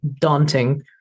daunting